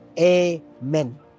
Amen